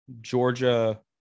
Georgia –